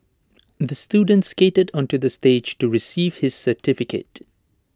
the student skated onto the stage to receive his certificate